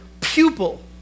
pupil